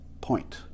point